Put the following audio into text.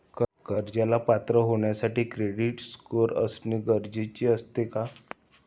कर्जाला पात्र होण्यासाठी क्रेडिट स्कोअर असणे गरजेचे असते का?